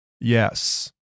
Yes